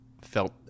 felt